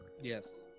Yes